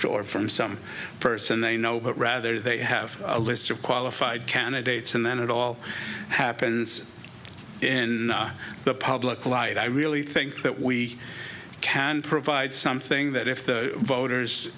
show or from some person they know but rather they have a list of qualified candidates and then it all happens in the public light i really think that we can provide something that if the voters